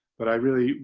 but i really,